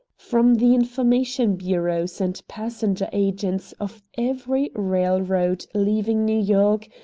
from the information bureaus and passenger agents of every railroad leaving new york,